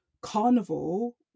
carnival